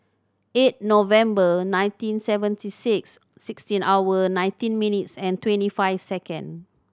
eight November nineteen seventy six sixteen hour nineteen minutes and twenty five second